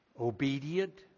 obedient